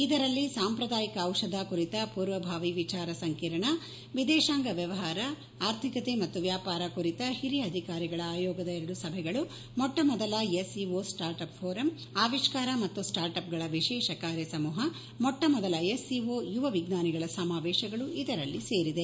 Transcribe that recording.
ಇದರಲ್ಲಿ ಸಾಂಪ್ರದಾಯಿಕ ಔಷಧ ಕುರಿತ ಪೂರ್ವಭಾವಿ ವಿಚಾರ ಸಂಕಿರಣ ವಿದೇಶಾಂಗ ವ್ಯವಹಾರ ಆರ್ಥಿಕತೆ ಮತ್ತು ವ್ಯಾಪಾರ ಕುರಿತ ಹಿರಿಯ ಅಧಿಕಾರಿಗಳ ಆಯೋಗದ ಎರಡು ಸಭೆಗಳು ಮೊಟ್ವ ಮೊದಲ S C O start up forum ಅವಿಷ್ಕಾರ ಮತ್ತು ಸ್ವಾರ್ಟಪ್ಗಳ ವಿಷೇಷ ಕಾರ್ಯ ಸಮೂಹ ಮೊಟ್ಡ ಮೊದಲ ಎಸ್ ಸಿ ಓ ಯುವ ವಿಜ್ಞಾನಗಳ ಸಮಾವೇಶಗಳು ಇದರಲ್ಲಿ ಸೇರಿವೆ